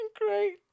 great